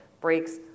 breaks